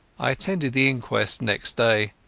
i attended the inquest next day.